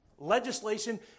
legislation